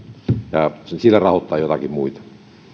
ja sillä rahoittaa joitakin muita